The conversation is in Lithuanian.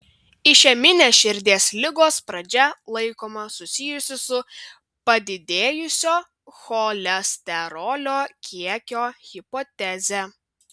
išeminės širdies ligos pradžia laikoma susijusi su padidėjusio cholesterolio kiekio hipoteze